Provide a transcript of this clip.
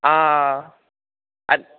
आं आं आं